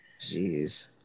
Jeez